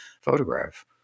photograph